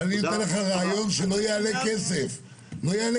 אבל אני נותן לך רעיון שלא יעלה כסף לאוצר,